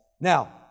Now